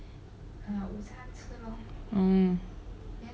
oh